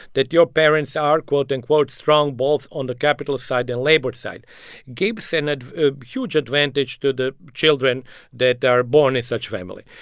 that your parents are, quote, unquote, strong both on the capitalist side and labor side gives a ah huge advantage to the children that are born in such family.